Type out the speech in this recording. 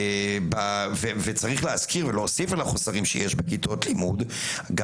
צריך להוסיף על החוסרים בכיתות לימוד גם